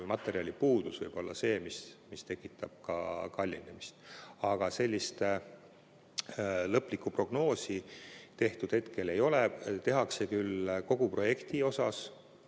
või materjalipuudus võib olla see, mis tekitab kallinemist. Aga sellist lõplikku prognoosi tehtud hetkel ei ole. Tehakse küll kogu projekti kohta